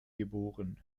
geboren